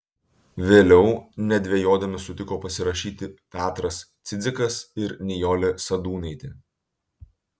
vėliau nedvejodami sutiko pasirašyti petras cidzikas ir nijolė sadūnaitė